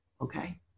Okay